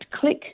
click